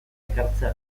ekartzea